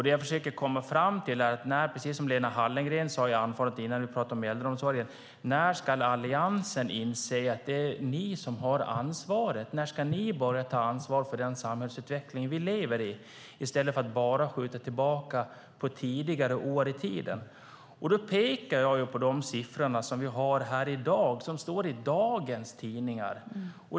Det jag försöker komma fram till är, precis som Lena Hallengren sade i sitt anförande när vi pratade om äldreomsorgen: När ska Alliansen inse att det är ni som har ansvaret? När ska ni börja ta ansvar för den samhällsutveckling vi lever i nu i stället för att bara skylla på tidigare år? Jag pekar på de siffror som vi har här i dag, som står i dagens tidningar.